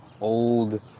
old